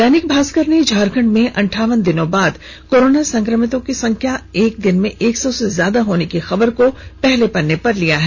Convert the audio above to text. दैनिक भास्कर ने झारखंड में अंठावन दिनों के बाद कोरोना संक्रमितों की संख्या एक दिन में एक सौ से ज्यादा होने की खबर को पहले पन्ने पर लिया है